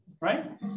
right